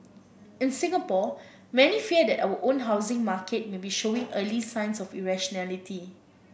in Singapore many fear that our own housing market may be showing early signs of irrationality